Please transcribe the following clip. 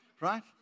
right